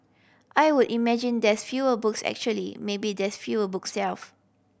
I would imagine there's fewer books actually maybe there's fewer book shelves